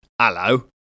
Hello